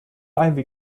ivy